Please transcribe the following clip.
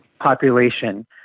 Population